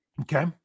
Okay